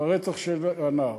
ברצח של הנער.